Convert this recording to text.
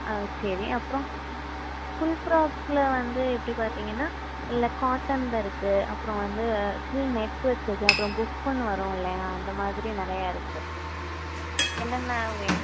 அது சரி அப்புறம் ஃபுல் ஃப்ராக்ஸில் வந்து எப்படி பார்த்திங்கன்னா இல்லை காட்டனில் இருக்கு அப்புறம் வந்து ஃபுல் நெட்டு வச்சது அப்புறம் புஃப்புன்னு வரும் இல்லையா அந்தமாதிரி நிறையா இருக்கு என்னென்ன வேணும்